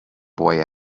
boy